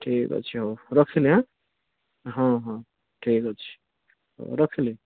ଠିକ୍ ଅଛି ହଉ ରଖିଲି ଆଁ ହଁ ହଁ ଠିକ୍ ଅଛି ରଖିଲି